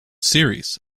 series